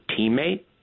teammate